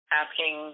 asking